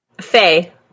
Faye